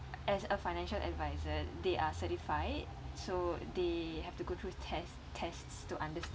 as a financial advisor they are certified so they have to go through test tests to understand